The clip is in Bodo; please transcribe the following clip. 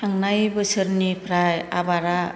थांनाय बोसोरनिफ्राय आबादा